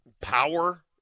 power